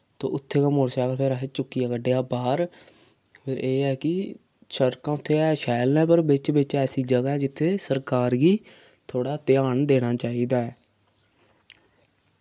ते उत्थै गै मोटरसैकल फिर असें चुक्कियै कड्ढेआ बाह्र फिर एह् ऐ कि शड़कां उत्थै है शैल ने पर बिच बिच ऐसी जगह् जित्थै सरकार गी थोह्ड़ा ध्यान देना चाहिदा ऐ